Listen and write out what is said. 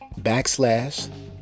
backslash